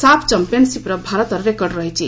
ସାଫ ଚାମ୍ପିୟନସିପ୍ରେ ଭାରତର ରେକର୍ଡ ରହିଛି